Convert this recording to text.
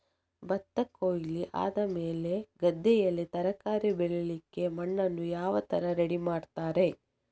ಭತ್ತದ ಕೊಯ್ಲು ಆದಮೇಲೆ ಗದ್ದೆಯಲ್ಲಿ ತರಕಾರಿ ಬೆಳಿಲಿಕ್ಕೆ ಮಣ್ಣನ್ನು ಯಾವ ತರ ರೆಡಿ ಮಾಡ್ತಾರೆ?